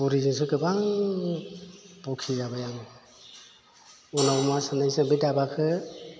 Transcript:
बुरिजोंसो गोबां बखिजाबाय आङो उनाव मा साननायसै बे दाबाखो